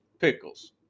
Pickles